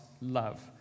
love